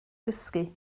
gysgu